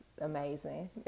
amazing